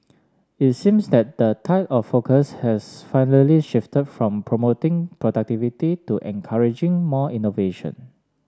it seems that the tide of focus has finally shifted from promoting productivity to encouraging more innovation